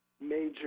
Major